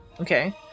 Okay